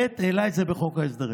העלה את זה בחוק ההסדרים.